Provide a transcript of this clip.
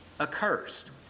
Accursed